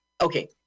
okay